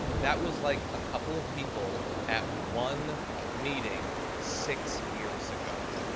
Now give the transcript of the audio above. and that was like a couple of people at one meeting six years ago,